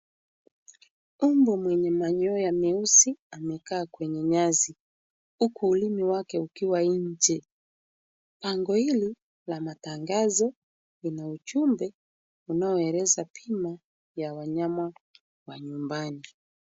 Ombo mwenye manyoa meusi amekaa kwenye nyasi huku ulimi wake ukiwa nje. Bango hilo la matangazo lina ujumbe unao eleza bima ya wanyama wa nyumbani.